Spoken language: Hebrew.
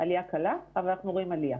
עלייה קלה אבל אנחנו רואים עלייה.